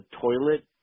toilet